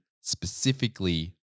specifically